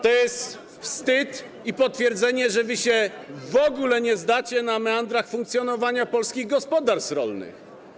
To jest wstyd i potwierdzenie tego, że wy się w ogóle nie znacie na meandrach funkcjonowania polskich gospodarstw rolnych.